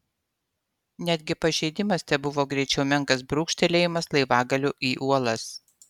netgi pažeidimas tebuvo greičiau menkas brūkštelėjimas laivagaliu į uolas